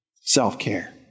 self-care